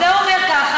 זה אומר ככה,